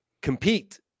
compete